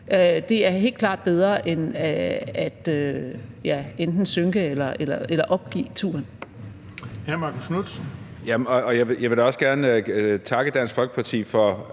Det er helt klart bedre end enten at synke eller at opgive turen.